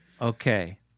Okay